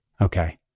Okay